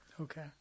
Okay